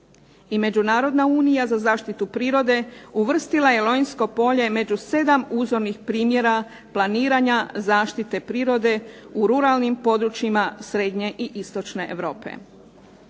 I Međunarodna unija za zaštitu prirode uvrstila je Lonjsko polje među 7 uzornih primjera planiranja zaštite prirode u ruralnim područjima Srednje i Istočne Europe.